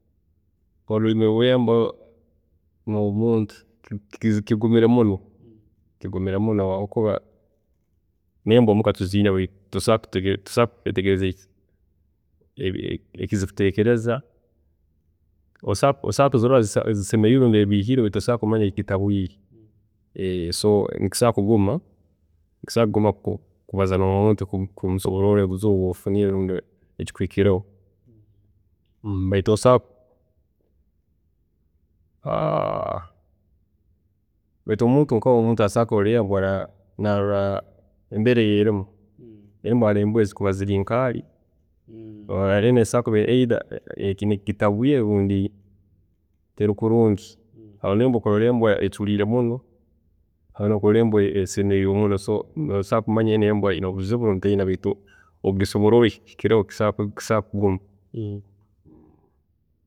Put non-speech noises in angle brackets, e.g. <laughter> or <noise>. ﻿Orurimi <hesitation> rwembwa n’omuntu kigumire muno, kigumire muno habwokuba nembwa muka tuziine, beitu tosobola <hesitation> kwetegeleza eki <hesitation> ziri kuteekeleza, osobola kuzilora, esemereirwe n’ebihiirwe tosobola kumanya ekigitabwiire, so kisobola kuguma, kisobola kuguma kwo, kubaza n’omuntu kumusobororra obuzibu obwofunire lundi ekikuhikireho. Beitu osobola, <hesitation> beitu omuntu asobola kulora embwa narola embeera eyeelimu, embwa haroho embwa eziri nkaari, norola embwa esobola kuba haroho ekigitabwiire rundi teri kulungi, haroho obworola embwa eculiire muno, haroho obworola embwa esemeriirwe muno, so nosobola kumanya ngu enu embwa eyine obuzibu rundi teyina beitu okukusobororra ekigihikireho kisobola kuguma.